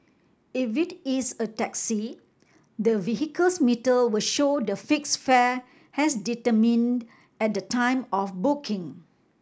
if it is a taxi the vehicle's meter will show the fixed fare as determined at the time of booking